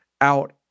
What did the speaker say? out